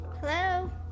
Hello